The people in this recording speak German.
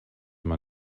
man